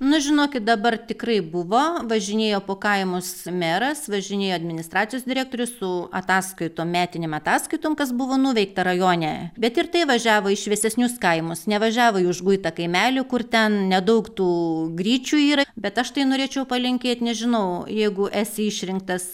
nu žinokit dabar tikrai buvo važinėjo po kaimus meras važinėjo administracijos direktorius su ataskaitom metinėm ataskaitom kas buvo nuveikta rajone bet ir tai važiavo į šviesesnius kaimus nevažiavo į užguitą kaimelį kur ten nedaug tų gryčių yra bet aš tai norėčiau palinkėt nežinau jeigu esi išrinktas